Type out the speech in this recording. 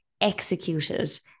executed